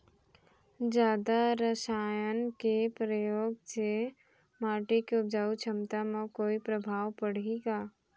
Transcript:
जादा रसायन के प्रयोग से माटी के उपजाऊ क्षमता म कोई प्रभाव पड़ही का?